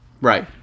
Right